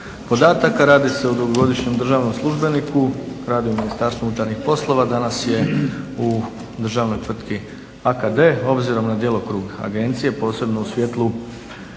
podataka. Radi se o dugogodišnjem državnom službeniku, radi u Ministarstvu unutarnjih poslova. Danas je u državnoj tvrtki AKD. Obzirom na djelokrug agencije posebno u svjetlu